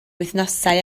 wythnosau